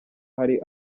hari